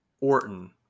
Orton